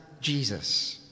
Jesus